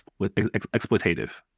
exploitative